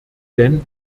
denn